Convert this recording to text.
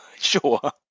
Sure